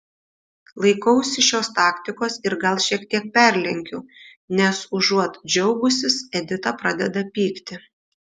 laikausi šios taktikos ir gal šiek tiek perlenkiu nes užuot džiaugusis edita pradeda pykti